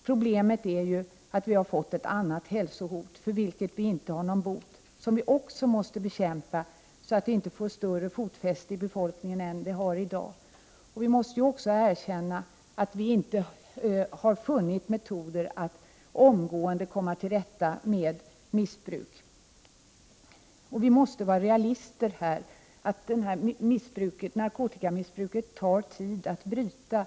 Problemet är ju att vi har fått ett annat hälsohot, för vilket vi inte har någon bot, som vi också måste bekämpa, så att det inte får större fotfäste i befolkningen än det har i dag. Det är ju som ett led i den kampen som sprututbytesprogrammet tillkommit. Vi måste också erkänna att vi inte har funnit metoder att omgående komma till rätta med missbruket. Vi måste vara realister. Narkotikamissbruket tar tid att bryta.